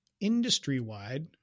industry-wide